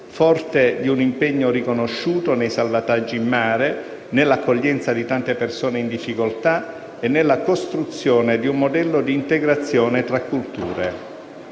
forte di un impegno riconosciuto nei salvataggi in mare, nell'accoglienza di tante persone in difficoltà e nella costruzione di un modello d'integrazione tra culture.